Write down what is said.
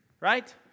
right